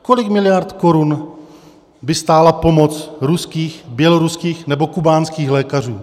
Kolik miliard korun by stála pomoc ruských, běloruských nebo kubánských lékařů?